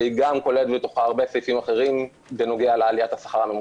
והיא גם כוללת בתוכה הרבה סעיפים אחרים בנוגע לעליית השכר הממוצע.